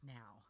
now